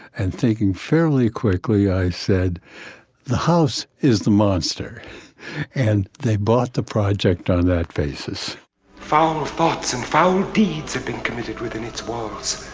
and thinking fairly quickly i said the house is the monster and they bought the project on that basis follow thoughts and foul deeds have been committed within its walls.